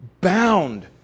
bound